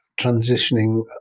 transitioning